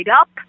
up